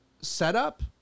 setup